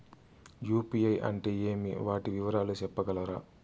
UPI అంటే ఏమి? వాటి వివరాలు సెప్పగలరా?